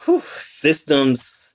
systems